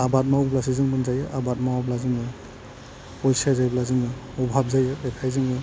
आबाद मावब्लासो जों मोनजायो आबाद मावाब्ला जोङो अलसिया जायोब्ला जोङो अभाब जायो बेखायनो जोङो